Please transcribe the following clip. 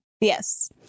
Yes